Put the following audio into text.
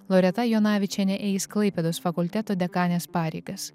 loreta jonavičienė eis klaipėdos fakulteto dekanės pareigas